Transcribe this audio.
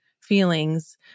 feelings